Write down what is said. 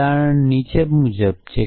ઉદાહરણ નીચે મુજબ છે